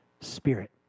spirit